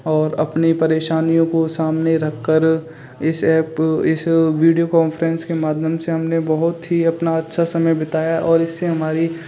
और अपनी परेशानियों को सामने रख कर इस एप इस वीडियो कॉन्फ्रेंस के माध्यम से हमने बहुत ही अपना अच्छा समय बिताया है और इससे हमारी